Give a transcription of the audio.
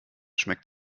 schmeckt